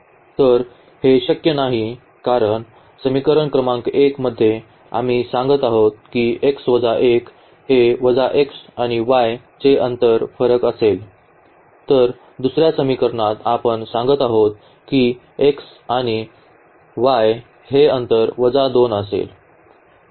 तर हे शक्य नाही कारण समीकरण क्रमांक 1 मध्ये आम्ही सांगत आहोत की हे आणि y चे अंतर फरक असेल तर दुसर्या समीकरणात आपण सांगत आहोत की x आणि y चे अंतर 2 असेल